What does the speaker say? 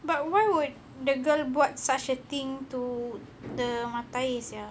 but why would the girl buat such a thing to the mata air sia